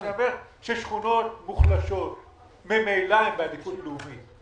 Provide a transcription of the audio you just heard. ויש הרבה מאוד אזורים שהם בדירוג הרבה יותר נמוך.